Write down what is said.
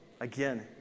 again